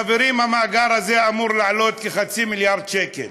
חברים, המאגר הזה אמור לעלות כחצי מיליארד שקל.